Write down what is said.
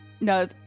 no